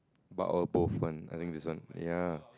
about our both one I think is one ya